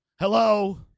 Hello